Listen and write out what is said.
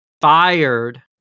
fired